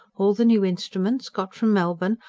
all the new instruments, got from melbourne,